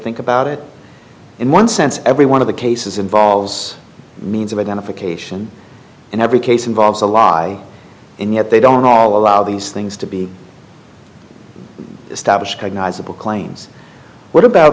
think about it in one sense every one of the cases involves means of identification in every case involves a lie and yet they don't all allow these things to be established agonize about claims what about